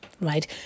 right